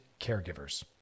caregivers